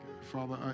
Father